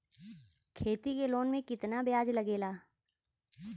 खेती के लोन में कितना ब्याज लगेला?